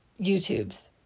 YouTubes